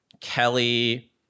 Kelly